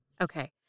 Okay